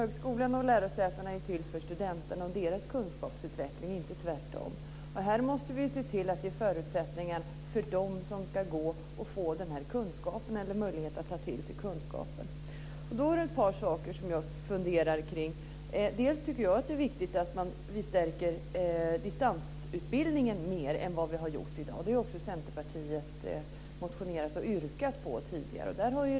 Högskolan och lärosätena är till för studenterna och deras kunskapsutveckling, inte tvärtom. Här måste vi se till att ge förutsättningar för dem som ska ha möjlighet att ta till sig kunskapen. Det finns ett par saker som jag funderar kring. Jag tycker att det är viktigt att vi stärker distansutbildningen mer än vad som har skett i dag. Det har Centerpartiet yrkat på tidigare.